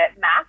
math